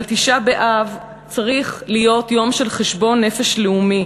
אבל תשעה באב צריך להיות יום של חשבון נפש לאומי,